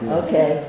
okay